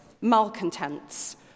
malcontents